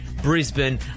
Brisbane